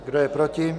Kdo je proti?